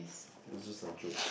it was just a joke